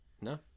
no